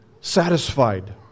satisfied